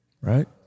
Right